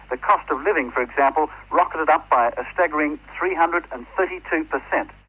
the cost of living for example, rocketed up by a staggering three hundred and thirty two percent.